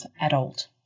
adult